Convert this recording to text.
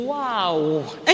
wow